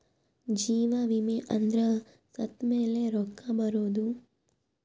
ಜೀವ ವಿಮೆ ಅಂದ್ರ ಸತ್ತ್ಮೆಲೆ ರೊಕ್ಕ ಬರೋದು